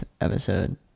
episode